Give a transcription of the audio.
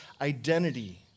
identity